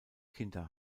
kinder